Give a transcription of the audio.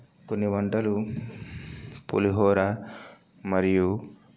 కొన్ని వంటలు పులిహోరా మరియు